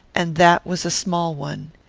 and that was a small one.